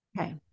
Okay